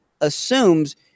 assumes